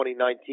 2019